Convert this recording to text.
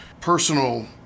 personal